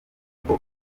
uko